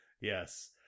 Yes